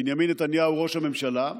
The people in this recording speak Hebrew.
ובנימין נתניהו הוא ראש הממשלה,